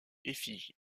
effigie